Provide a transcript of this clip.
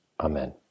Amen